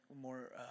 more